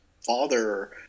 father